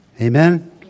Amen